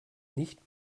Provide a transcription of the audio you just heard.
nicht